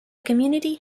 community